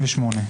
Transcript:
שלושה בעד,